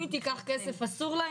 אם היא תיקח כסף, אסור לה.